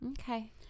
Okay